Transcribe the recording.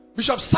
Bishop